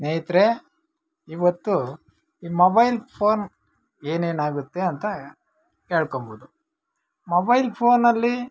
ಸ್ನೇಹಿತರೇ ಇವತ್ತು ಈ ಮೊಬೈಲ್ ಫೋನ್ ಏನೇನಾಗುತ್ತೆ ಅಂತ ಹೇಳ್ಕೊಬೋದು ಮೊಬೈಲ್ ಫೋನಲ್ಲಿ